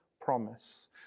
promise